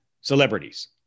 celebrities